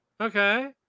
Okay